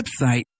website